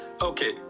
Okay